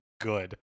good